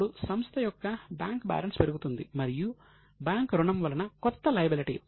అప్పుడు సంస్థ యొక్క బ్యాంక్ బ్యాలెన్స్ పెరుగుతుంది మరియు బ్యాంక్ రుణం వలన కొత్త లయబిలిటీ